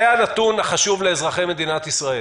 זה הנתון החשוב לאזרחי מדינת ישראל.